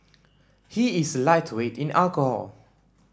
he is a lightweight in alcohol